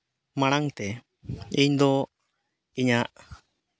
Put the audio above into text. ᱢᱟᱲᱟᱝ ᱛᱮ ᱤᱧᱫᱚ ᱤᱧᱟᱹᱜ